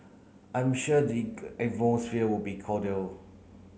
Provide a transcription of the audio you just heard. I'm sure the will be cordial